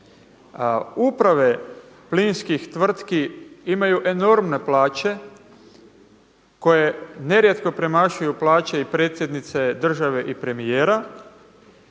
Uprave plinskih tvrtki imaju enormne plaće koje nerijetko premašuju plaće i predsjednice države i premijera.